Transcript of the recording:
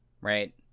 right